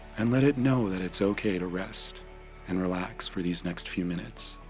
and let it know that it's okay to rest and relax for these next few minutes.